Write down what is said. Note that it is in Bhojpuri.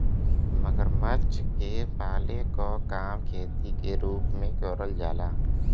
मगरमच्छ के पाले क काम खेती के रूप में करल जाला